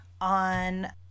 on